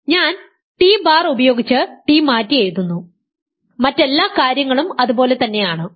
ഞാൻ T bar ഉപയോഗിച്ച് T മാറ്റി എഴുതുന്നു മറ്റെല്ലാ കാര്യങ്ങളും അതുപോലെതന്നെ ആണ്